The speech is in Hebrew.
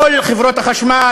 כל חברות החשמל,